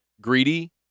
Greedy